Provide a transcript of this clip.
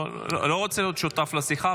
לא רוצה להיות שותף לשיחה,